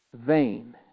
vain